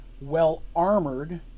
well-armored